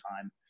time